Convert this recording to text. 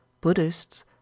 Buddhists